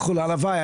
הלוואי,